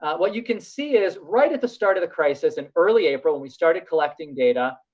what you can see is right at the start of the crisis in early april, when we started collecting data,